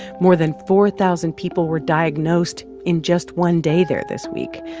more than four thousand people were diagnosed in just one day there this week.